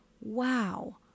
wow